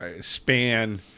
span